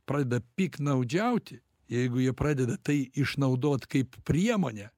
pradeda piktnaudžiauti jeigu jie pradeda tai išnaudot kaip priemonę